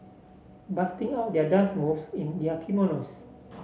busting out their dance moves in their kimonos